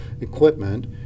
equipment